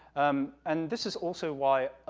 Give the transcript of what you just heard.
um, and this is also why,